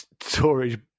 storage